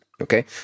Okay